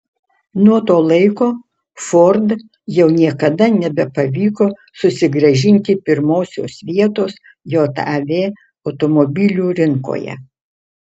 nuo to laiko ford jau niekada nebepavyko susigrąžinti pirmosios vietos jav automobilių rinkoje